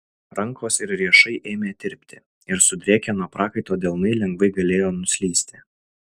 rankos ir riešai ėmė tirpti ir sudrėkę nuo prakaito delnai lengvai galėjo nuslysti